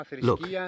Look